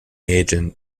agent